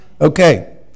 Okay